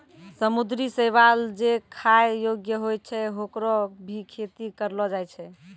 समुद्री शैवाल जे खाय योग्य होय छै, होकरो भी खेती करलो जाय छै